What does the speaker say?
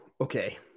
okay